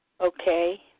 Okay